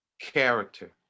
character